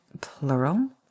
Plural